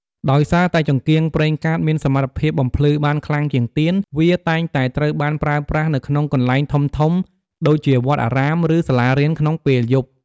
ដោយសារតែចង្កៀងប្រេងកាតមានសមត្ថភាពបំភ្លឺបានខ្លាំងជាងទៀន វាតែងតែត្រូវបានប្រើប្រាស់នៅក្នុងកន្លែងធំៗដូចជាវត្តអារាម ឬសាលារៀនក្នុងពេលយប់។